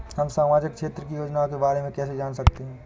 हम सामाजिक क्षेत्र की योजनाओं के बारे में कैसे जान सकते हैं?